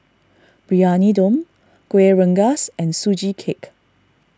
Briyani Dum Kueh Rengas and Sugee Cake